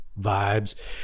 vibes